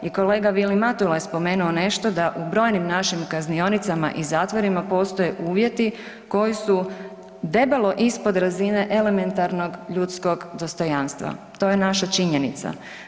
I kolega Vili Matula je spomenuo nešto da u brojnim našim kaznionicama i zatvorima postoje uvjeti koji su debelo ispod razine elementarnog ljudskog dostojanstva, to je naša činjenica.